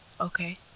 okay